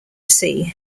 sea